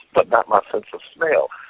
but not my sense of smell.